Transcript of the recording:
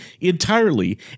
entirely